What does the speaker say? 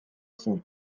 zen